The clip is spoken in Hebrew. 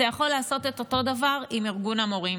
אתה יכול לעשות את אותו דבר עם ארגון המורים.